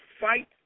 fight